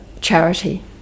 charity